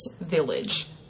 village